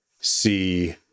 see